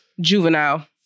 Juvenile